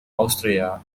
austria